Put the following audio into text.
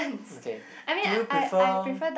okay do you prefer